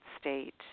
state